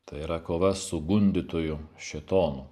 tai yra kova su gundytoju šėtonu